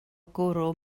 gwrw